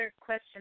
question